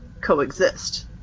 coexist